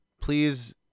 Please